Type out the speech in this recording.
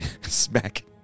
smack